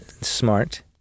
Smart